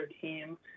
team